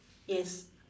yes